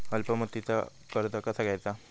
अल्प मुदतीचा कर्ज कसा घ्यायचा?